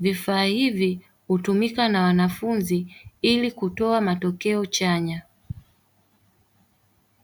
Vifaa hivi hutumika na wanafunzi ili kutoa matokeo chanya.